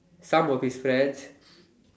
some of his friends